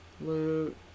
Loot